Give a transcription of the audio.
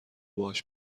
باهاش